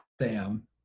Sam